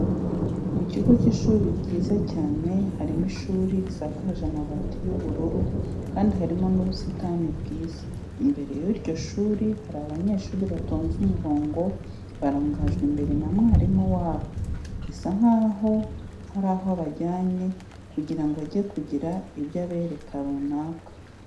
Mu kigo cy'ishuri cyiza cyane harimo ishuri risakaje amabati y'ubururu kandi harimo n'ubusitani bwiza. Imbere y'iryo shuri hari abanyeshuri batonze umurongo barangajwe imbere na mwarimu wabo bisa nkaho hari aho abajyanye kugira ngo ajye kugira ibyo abereka runaka.